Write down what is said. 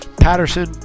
patterson